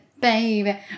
baby